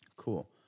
Cool